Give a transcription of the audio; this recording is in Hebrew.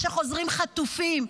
כשחוזרים חטופים.